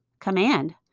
command